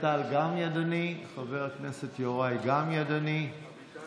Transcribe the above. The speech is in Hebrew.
(בידוד בית והוראות שונות) (הוראת שעה)